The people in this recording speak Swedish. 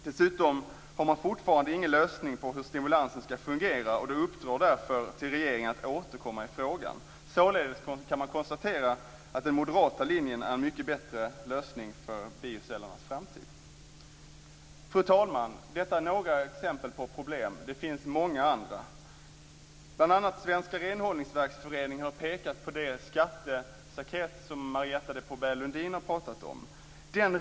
Dessutom har man fortfarande ingen lösning på hur stimulansen skall fungera. Man uppdrar därför åt regeringen att återkomma i frågan. Man kan således konstatera att den moderata linjen är en mycket bättre lösning för biocellernas framtid. Fru talman! Detta är några exempel på problem. Det finns många andra. Bl.a. Svenska Renhållningsverksföreningen har pekat på det skattestaket som Marietta de Pourbaix-Lundin har pratat om här.